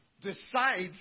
decides